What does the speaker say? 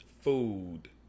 food